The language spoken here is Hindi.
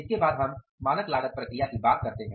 इसके बाद हम मानक लागत प्रक्रिया की बात करते हैं